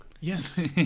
Yes